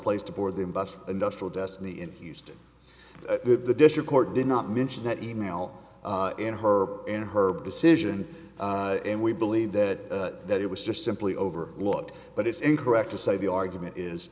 placed aboard the bus industrial destiny in houston the district court did not mention that email in her in her decision and we believe that that it was just simply over looked but it's incorrect to say the argument is